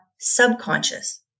subconscious